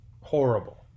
horrible